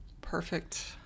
Perfect